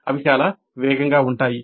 అవి చాలా వేగంగా ఉంటాయి